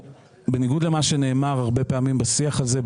בניגוד למה שנאמר הרבה פעמים בשיח הזה,